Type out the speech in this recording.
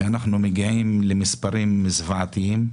אנחנו מגיעים למספרים זוועתיים,